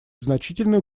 значительную